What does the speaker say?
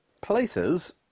places